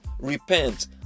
repent